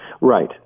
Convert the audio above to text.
Right